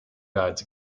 guides